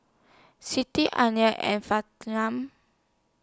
Siti and